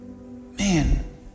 man